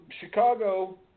Chicago